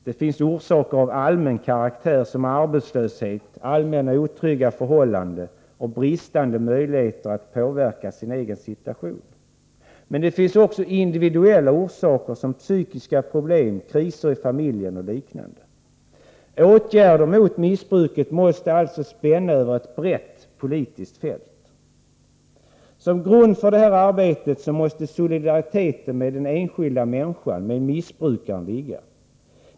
Det finns orsaker av allmän karaktär: arbetslöshet, allmänna otrygga förhållanden och bristande möjligheter att påverka sin egen situation. Men det finns också individuella orsaker som psykiska problem, kriser i familjen och liknande. Åtgärderna mot missbruket måste alltså spänna över ett brett politiskt fält. Som grund för detta arbete måste solidariteten med den enskilda människan-missbrukaren ligga.